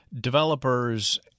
Developers